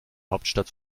hauptstadt